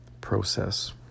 process